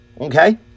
okay